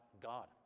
God